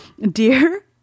Dear